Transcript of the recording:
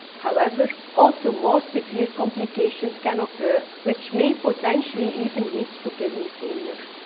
however, also more severe complications can occur, which may potentially even lead to kidney failure.